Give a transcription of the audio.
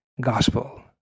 gospel